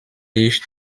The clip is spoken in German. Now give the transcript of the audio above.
ich